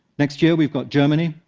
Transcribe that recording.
next year we've got germany,